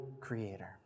Creator